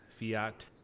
fiat